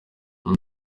uyu